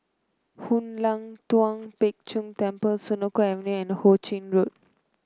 Hoon Lam Tua Pek Kong Temple Senoko Avenue and Ho Ching Road